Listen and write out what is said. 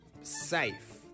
safe